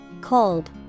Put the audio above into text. Cold